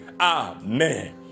Amen